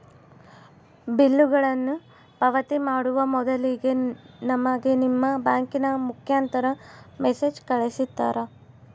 ಬಿಲ್ಲುಗಳನ್ನ ಪಾವತಿ ಮಾಡುವ ಮೊದಲಿಗೆ ನಮಗೆ ನಿಮ್ಮ ಬ್ಯಾಂಕಿನ ಮುಖಾಂತರ ಮೆಸೇಜ್ ಕಳಿಸ್ತಿರಾ?